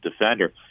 defender